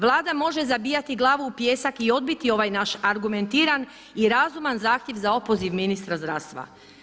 Vlada može zabijati glavu u pijesak i odbiti ovaj naš argumentiran i razuman zahtjev za opoziv ministra zdravstva.